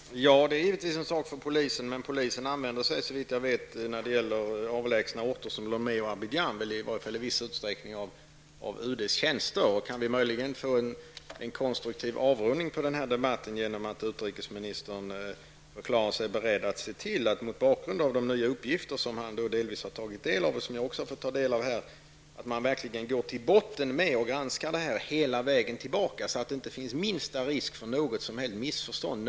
Herr talman! Ja, det är givetvis en sak för polisen. Men polisen använder sig, såvitt jag vet, när det gäller avlägsna orter som Lomé och Abidjan i viss utsträckning av UDs tjänster. Kan vi möjligen få en konstruktiv avrundning på denna debatt genom att utrikesministern förklarar sig beredd att se till att man verkligen går till botten med detta -- mot bakgrund av de nya uppgifter som han delvis tagit del av, och som jag också har fått ta del av här. Kan han förklara sig beredd att se till att man granskar detta hela vägen tillbaka, så att det inte finns minsta risk för något som helst missförstånd?